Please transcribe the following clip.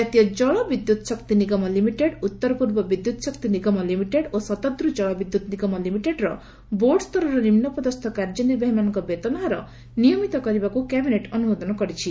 ଜାତୀୟ ଜଳ ବିଦ୍ୟୁତ ଶକ୍ତି ନିଗମ ଲିମିଟେଡ ଉତ୍ତରପୂର୍ବ ବିଦ୍ୟତଶକ୍ତି ନିଗମ ଲିମିଟେଡ ଓ ଶତଦ୍ର ଦଳ ବିଦ୍ୟତ ନିଗମ ଲିମିଟେଡର ବୋର୍ଡସ୍ତରର ନିମ୍ନ ପଦସ୍ଥ କାର୍ଯ୍ୟନିର୍ବାହୀମାନଙ୍କ ବେତନହାର ନିୟମିତ କରିବାକୁ କ୍ୟାବିନେଟ୍ ଅନୁମୋଦନ କରିଛି